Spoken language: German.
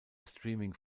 streaming